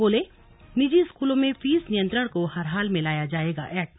बोले निजी स्कूलों में फीस नियंत्रण को हर हाल में लाया जाएगा एक्ट